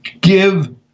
Give